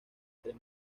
tres